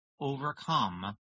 overcome